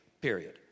period